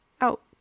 out